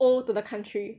owe to the country